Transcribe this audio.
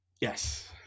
Yes